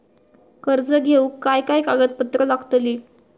कर्ज घेऊक काय काय कागदपत्र लागतली?